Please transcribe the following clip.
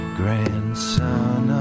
grandson